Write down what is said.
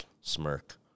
smirk